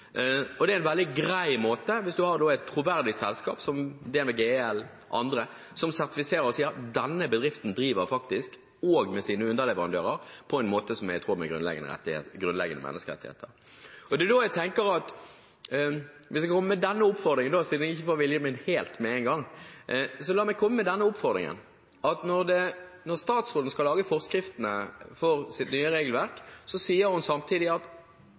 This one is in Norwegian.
Det er en veldig grei måte hvis man har et troverdig selskap, som DNV GL og andre, som sertifiserer og sier: Denne bedriften driver faktisk, også med sine underleverandører, på en måte som er i tråd med grunnleggende menneskerettigheter. Det er da jeg tenker – siden jeg ikke får viljen min helt med en gang – at jeg vil komme med denne oppfordringen: Når statsråden skal lage forskriftene for sitt nye regelverk, sier hun samtidig at